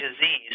disease